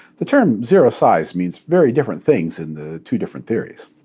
the term zero size means very different things in the two different theories.